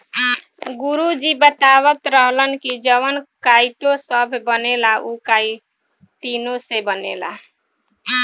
गुरु जी बतावत रहलन की जवन काइटो सभ बनेला उ काइतीने से बनेला